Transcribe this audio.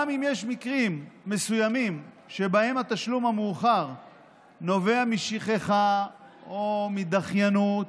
גם אם יש מקרים מסוימים שבהם התשלום המאוחר נובע משכחה או מדחיינות,